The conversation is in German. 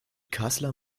kassler